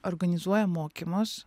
organizuoja mokymus